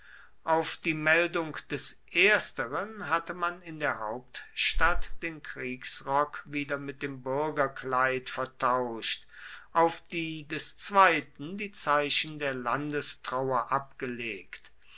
auf die meldung des ersteren hatte man in der hauptstadt den kriegsrock wieder mit dem bürgerkleid vertauscht auf die des zweiten die zeichen der landestrauer abgelegt